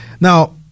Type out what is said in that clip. Now